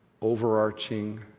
overarching